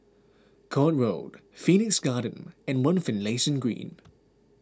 Court Road Phoenix Garden and one Finlayson Green